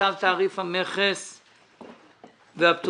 צו תעריף המכס והפטורים.